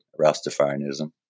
Rastafarianism